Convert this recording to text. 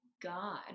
god